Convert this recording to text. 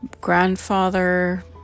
grandfather